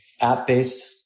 app-based